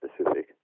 specific